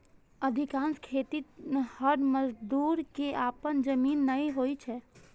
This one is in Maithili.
अधिकांश खेतिहर मजदूर कें अपन जमीन नै होइ छै